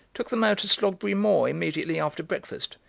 took them out to slogberry moor immediately after breakfast.